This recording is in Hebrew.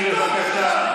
בבקשה.